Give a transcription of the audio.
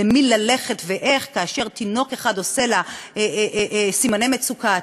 למי ללכת ואיך כאשר תינוק אחד עושה לה סימני מצוקה,